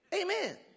Amen